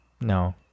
No